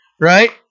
Right